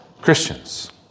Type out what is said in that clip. Christians